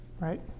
Right